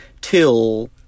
till